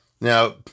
Now